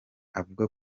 avuga